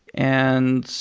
and